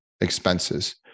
expenses